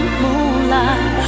moonlight